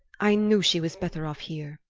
i knew she was better off here.